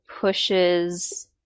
pushes